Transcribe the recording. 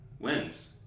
wins